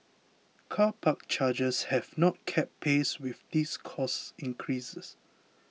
car park charges have not kept pace with these cost increases